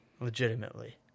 legitimately